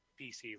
PC